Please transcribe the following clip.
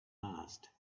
asked